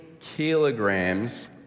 kilograms